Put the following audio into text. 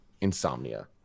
Insomnia